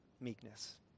meekness